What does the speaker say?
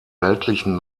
weltlichen